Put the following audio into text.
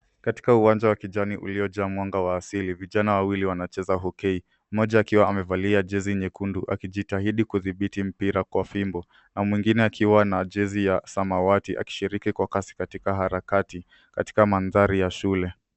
Katika uwanja wa kijani uliojaa mwanga wa asili, vijana wawili wanacheza Hockey mmoja akiwa amevalia jezi nyekundu akijitahidi kudhibiti mpira kwa fimbo na mwingine akiwa na jezi ya samawati akishiriki kwa kasi katika harakati katika mandhari ya shule.